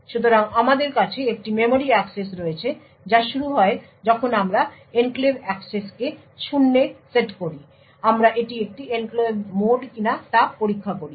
সুতরাং আমাদের কাছে একটি মেমরি অ্যাক্সেস রয়েছে যা শুরু হয় যখন আমরা এনক্লেভ অ্যাক্সেসকে শূন্যে সেট করি আমরা এটি একটি এনক্লেভ মোড কিনা তা পরীক্ষা করি